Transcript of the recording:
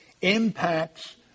impacts